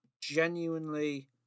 genuinely